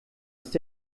ist